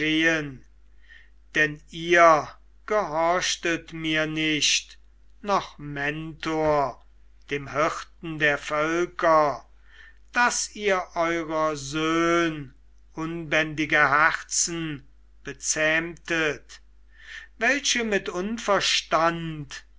denn ihr gehorchtet mir nicht noch mentor dem hirten der völker daß ihr eurer söhn unbändige herzen bezähmtet welche mit unverstand